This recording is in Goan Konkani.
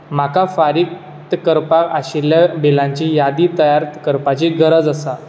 म्हाका फारीक करपाक आशिल्ल्या बीलांची यादी तयार करपाची गरज आसा